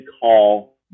call